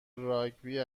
راگبی